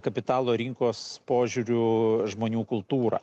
kapitalo rinkos požiūriu žmonių kultūrą